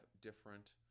different